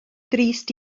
drist